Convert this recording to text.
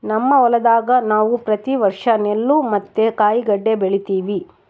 ನಮ್ಮ ಹೊಲದಾಗ ನಾವು ಪ್ರತಿ ವರ್ಷ ನೆಲ್ಲು ಮತ್ತೆ ಕಾಯಿಗಡ್ಡೆ ಬೆಳಿತಿವಿ